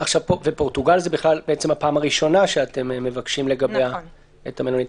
פורטוגל זו הפעם הראשונה שאתם מבקשים לגביה את המלונית.